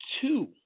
two